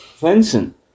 Vincent